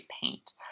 paint